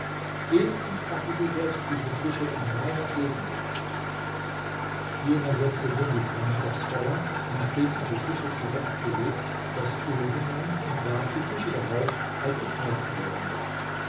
geh und backe du selbst diese fische in meiner gegenwart jener setzte nun die pfanne aufs feuer nachdem er die fische zurecht gelegt goß öl hinein und warf die fische darauf als es heiß geworden war